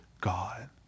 God